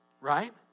right